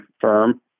firm